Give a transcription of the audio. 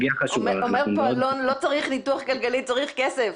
אומר פה אלון, לא צריך ניתוח כלכלי, צריך כסף.